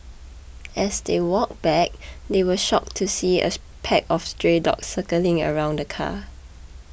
as they walked back they were shocked to see a pack of stray dogs circling around the car